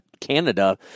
Canada